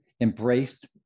embraced